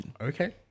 Okay